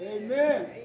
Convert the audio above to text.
Amen